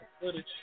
footage